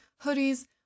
hoodies